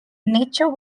nature